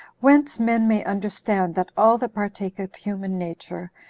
whence men may understand that all that partake of human nature,